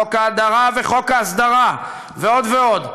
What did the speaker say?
חוק ההדרה וחוק ההסדרה ועוד ועוד,